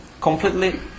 completely